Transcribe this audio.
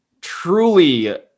truly